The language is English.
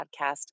podcast